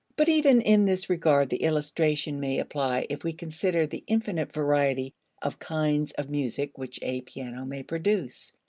but even in this regard the illustration may apply if we consider the infinite variety of kinds of music which a piano may produce,